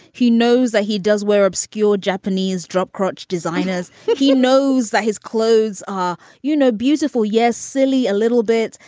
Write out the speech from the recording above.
he knows that he does where obscure japanese drop crotch designers. he knows that his clothes are you know beautiful yes silly a little bit.